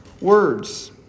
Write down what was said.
words